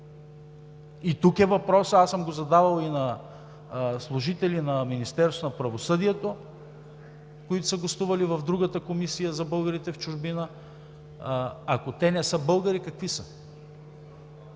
И тук е въпросът, аз съм го задавал и на служители на Министерството на правосъдието, които са гостували в другата комисия – за българите в чужбина, ако те не са българи, какви са?